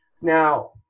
Now